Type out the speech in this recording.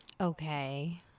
Okay